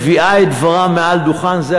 שאנחנו כנסת פעילה וערנית ומביאה את דברה מעל דוכן זה,